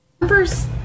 numbers